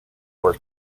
were